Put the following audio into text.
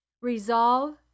Resolve